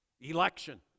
Election